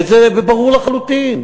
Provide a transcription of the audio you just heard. וזה ברור לחלוטין.